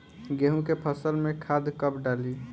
गेहूं के फसल में खाद कब डाली?